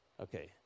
Okay